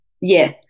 Yes